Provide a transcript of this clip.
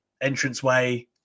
entranceway